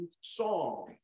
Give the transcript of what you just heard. song